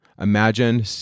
imagine